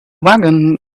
wagon